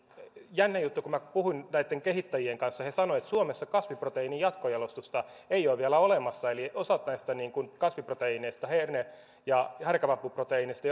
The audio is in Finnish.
jännä juttu oli että kun minä puhuin näitten kehittäjien kanssa niin he sanoivat että suomessa kasviproteiinin jatkojalostusta ei ole vielä olemassa eli osa näistä kasviproteiineista herne ja härkäpapuproteiineista